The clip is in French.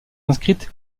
inscrites